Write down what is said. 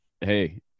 Hey